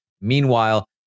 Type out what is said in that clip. Meanwhile